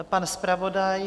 Pan zpravodaj?